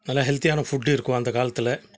நல்ல ஹெல்த்தியான ஃபுட்டு இருக்கும் அந்த காலத்தில்